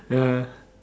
ya